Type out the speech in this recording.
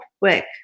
quick